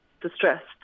distressed